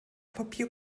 papier